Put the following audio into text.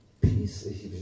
peace